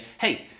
hey